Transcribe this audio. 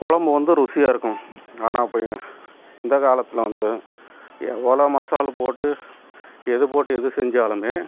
குழம்பு வந்து ருசியாக இருக்கும் ஆனால் இப்போ இந்த காலத்தில் வந்து எவ்வளோ மசால் போட்டு எது போட்டு எது செஞ்சாலுமே